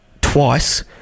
twice